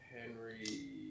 Henry